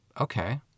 Okay